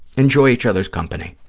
enjoy each other's company.